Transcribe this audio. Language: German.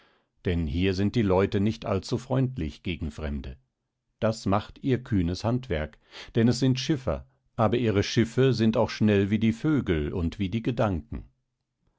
denn hier sind die leute nicht allzu freundlich gegen fremde das macht ihr kühnes handwerk denn es sind schiffer aber ihre schiffe sind auch schnell wie die vögel und wie die gedanken